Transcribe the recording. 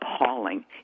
appalling